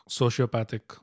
sociopathic